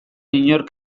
inork